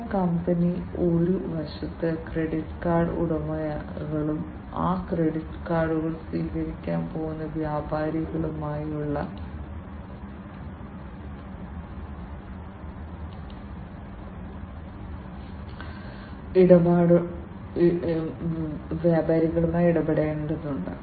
അതിനാൽ കാർബൺ മോണോക്സൈഡിന്റെ സാന്ദ്രത നിരീക്ഷിക്കുന്നതിനും മറ്റും വിവിധ വ്യവസായങ്ങളിലെ കാറുകളിൽ ഇത് ഉപയോഗിക്കാം